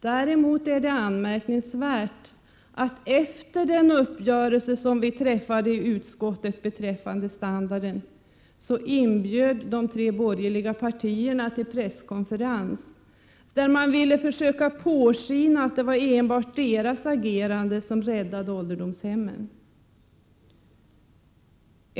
Däremot är det anmärkningsvärt att de tre borgerliga partierna efter den uppgörelse som vi i utskottet träffade rörande standarden inbjöd till en presskonferens, där de lät påskina att det var enbart deras agerande som räddade ålderdomshemmen.